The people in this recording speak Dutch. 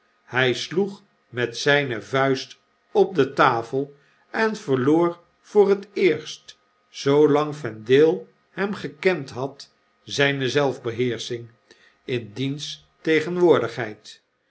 wachten hgsloeg met zgne vuist op de tafel en verloor voor het eerst zoolang yendale hem gekend had zijne zelfbeheersching in diens tegenwoordigheid